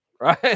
Right